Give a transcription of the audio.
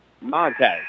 Montez